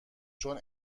چون